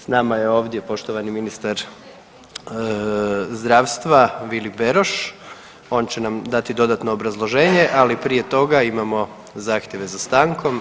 S nama je ovdje poštovani ministar zdravstva, on će nam dati dodatno obrazloženje, ali prije toga imamo zahtjeve za stankom.